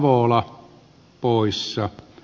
arvoisa puhemies